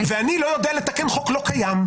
ואני לא יודע לתקן חוק לא קיים.